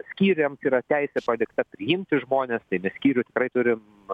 skyriams yra teisė padikta priimti žmones tai mes skyrių tikrai turim